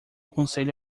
conselho